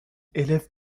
élève